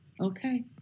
Okay